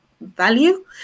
value